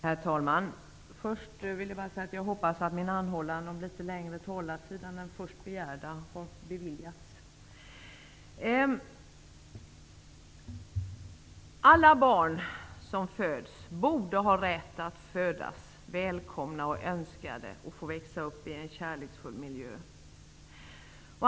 Herr talman! Alla barn borde ha rätt att födas välkomna och önskade och att få växa upp i en kärleksfull miljö.